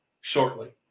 shortly